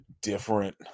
different